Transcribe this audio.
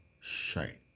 Shite